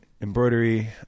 embroidery